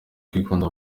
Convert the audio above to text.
kwikunda